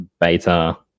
beta